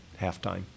halftime